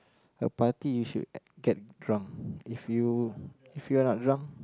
a party you should get drunk if you if you're not drunk